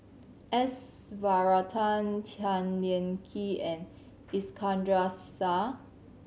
S Varathan Tan Lian Chye and Iskandar Shah